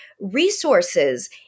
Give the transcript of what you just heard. resources